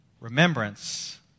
remembrance